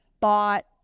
bought